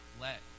let